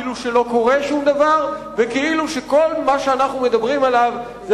כאילו לא קורה שום דבר וכאילו כל מה שאנחנו מדברים עליו הוא